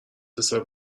حساب